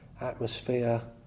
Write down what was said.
atmosphere